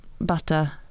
butter